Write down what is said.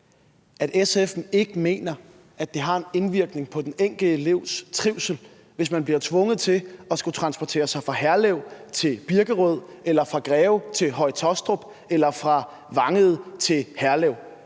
at SF ikke mener, at det har en indvirkning på den enkelte elevs trivsel, hvis man bliver tvunget til at skulle transportere sig fra Herlev til Birkerød eller fra Greve til Høje Taastrup eller fra Vangede til Herlev?